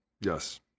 yes